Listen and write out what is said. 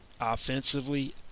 offensively